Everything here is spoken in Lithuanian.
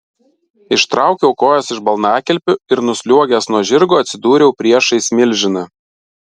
ištraukiau kojas iš balnakilpių ir nusliuogęs nuo žirgo atsidūriau priešais milžiną